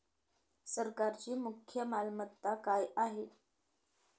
सरकारची मुख्य मालमत्ता काय आहे?